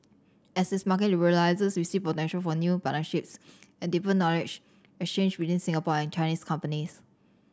as its market liberalises we see potential for new partnerships and deeper knowledge exchange between Singapore and Chinese companies